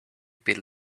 build